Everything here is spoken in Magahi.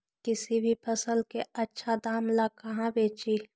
किसी भी फसल के आछा दाम ला कहा बेची?